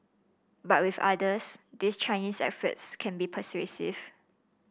but with others these Chinese efforts can be persuasive